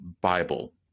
Bible